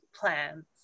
plans